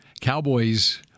Cowboys